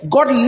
God